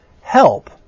help